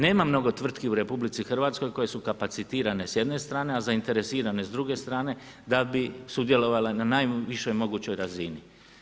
Nema mnogo tvrtki u RH koje su kapacitirane s jedne strane a zainteresirane s druge strane da bi sudjelovale na najvišoj mogućoj razini.